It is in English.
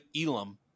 Elam